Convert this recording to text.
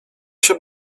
się